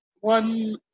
one